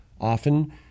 Often